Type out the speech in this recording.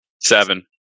Seven